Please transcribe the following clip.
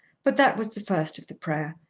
but that was the first of the prayer,